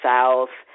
South